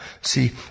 See